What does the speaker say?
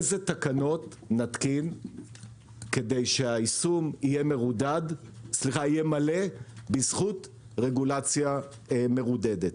איזה תקנות נתקין כדי שהיישום יהיה מלא בזכות רגולציה מרודדת.